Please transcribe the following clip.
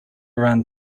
run